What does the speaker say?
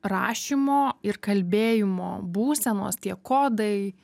rašymo ir kalbėjimo būsenos tie kodai